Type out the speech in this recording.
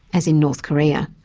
as in north korea.